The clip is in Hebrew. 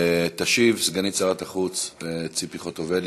תשיב סגנית שרת החוץ ציפי חוטובלי.